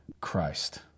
Christ